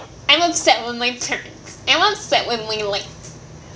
I'm upset with my parents and everyone's upset with me like